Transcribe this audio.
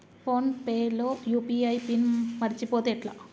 Phone pay లో UPI PIN మరచిపోతే ఎట్లా?